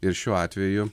ir šiuo atveju